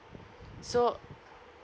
so